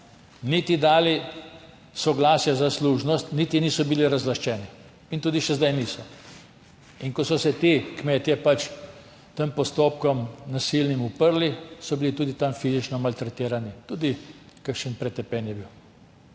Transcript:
niti dali soglasja za služnost niti niso bili razlaščeni in tudi še zdaj niso. Ko so se ti kmetje tem nasilnim postopkom uprli, so bili tam fizično maltretirani, tudi kakšen pretepen je bil.